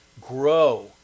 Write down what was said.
grow